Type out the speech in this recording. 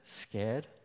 scared